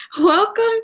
Welcome